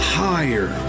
higher